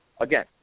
again